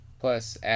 Plus